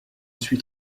suis